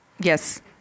Yes